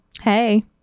Hey